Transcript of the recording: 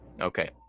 okay